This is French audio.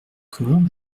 comment